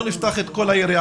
לא נפתח את כל היריעה.